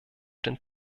den